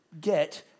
get